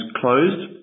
closed